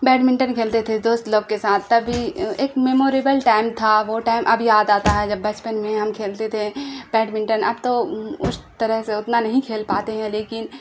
badminton کھیلتے تھے دوست لوگ کے ساتھ تبھی ایک میموریبل ٹائم تھا وہ ٹائم اب یاد آتا ہے جب بچپن میں ہم کھیلتے تھے بیڈمنٹن اب تو اس طرح سے اتنا نہیں کھیل پاتے ہیں لیکن